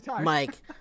Mike